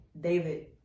David